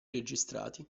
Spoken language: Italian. registrati